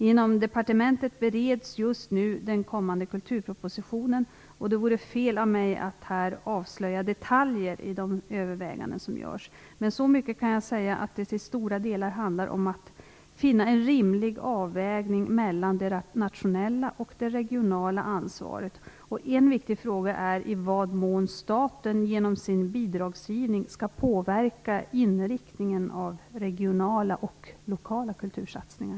Inom departementet bereds just nu den kommande kulturpropositionen. Det vore fel av mig att här avslöja detaljer i de överväganden som görs. Så mycket kan jag säga att det till stora delar handlar om att finna en rimlig avvägning mellan det nationella och det regionala ansvaret. En viktig fråga är i vad mån staten genom sin bidragsgivning skall påverka inriktningen av regionala och lokala kultursatsningar.